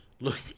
look